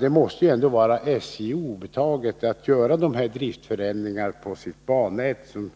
Det måste ändå vara SJ obetaget att göra de driftsförändringar på sitt bannät som